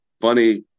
funny